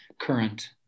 Current